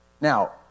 Now